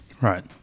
Right